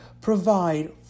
provide